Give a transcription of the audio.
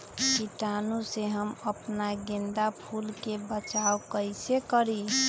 कीटाणु से हम अपना गेंदा फूल के बचाओ कई से करी?